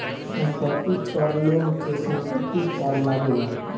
संपत्ति कर लोग के संपत्ति पअ लागेला